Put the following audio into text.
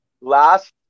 last